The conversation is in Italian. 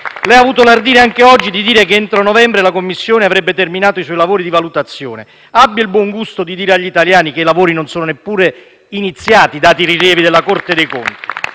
Lei ha avuto l'ardire di dire anche oggi che entro novembre la Commissione avrebbe terminato i propri lavori di valutazione. Abbia il buon gusto di dire agli italiani che i lavori non sono neppure iniziati, dati i rilievi della Corte dei conti.